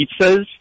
pizzas